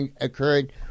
occurred